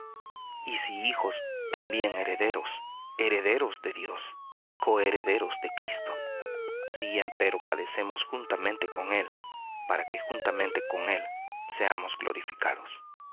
y si hijos también herederos herederos de dios y coherederos de cristo si empero padecemos juntamente para que juntamente seamos glorificados